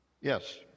Yes